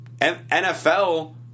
NFL